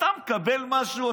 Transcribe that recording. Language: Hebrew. אתה מקבל משהו?